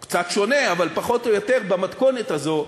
או קצת שונה אבל פחות או יותר במתכונת הזאת,